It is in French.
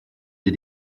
des